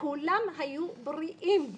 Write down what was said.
כולם היו בריאים.